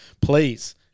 please